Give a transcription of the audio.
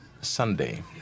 Sunday